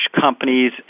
companies